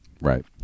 Right